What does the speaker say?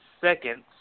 seconds